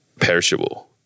perishable